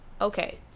Okay